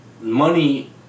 money